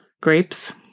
Grapes